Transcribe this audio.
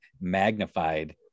magnified